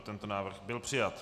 Tento návrh byl přijat.